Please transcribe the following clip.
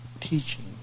teaching